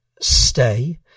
stay